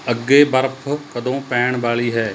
ਅੱਗੇ ਬਰਫ਼ ਕਦੋਂ ਪੈਣ ਵਾਲੀ ਹੈ